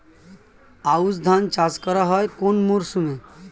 আউশ ধান চাষ করা হয় কোন মরশুমে?